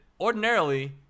ordinarily